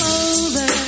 over